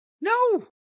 no